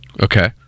Okay